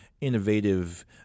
innovative